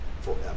forever